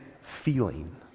feeling